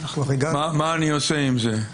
מה אני עושה עם זה?